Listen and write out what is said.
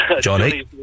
Johnny